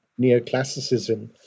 Neoclassicism